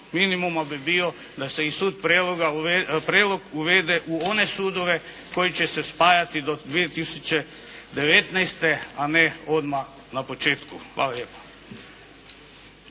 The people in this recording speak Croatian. minimuma bi bio da se i sud Prelog uvede u one sudove koji će se spajati do 2019. a ne odmah na početku. Hvala lijepa.